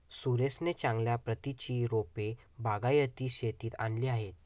सुरेशने चांगल्या प्रतीची रोपे बागायती शेतीत आणली आहेत